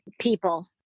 people